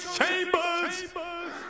Chambers